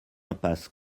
impasse